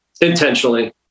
intentionally